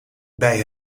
bij